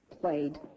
played